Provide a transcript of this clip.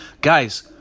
Guys